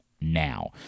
now